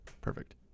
Perfect